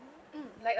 mm like a